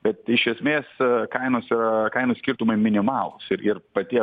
bet iš esmės kainos yra kainų skirtumai minimalūs ir ir pati